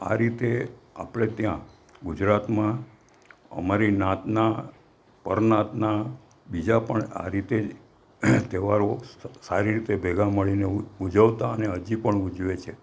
તો આ રીતે આપણે ત્યાં ગુજરાતમાં અમારી નાતના પરનાતના બીજા પણ આ રીતે તહેવારો સારી રીતે ભેગા મળીને ઉજવતાં અને હજી પણ ઉજવે છે